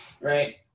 Right